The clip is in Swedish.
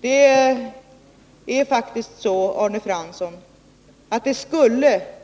Det skulle faktiskt, Arne Fransson,